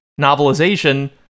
novelization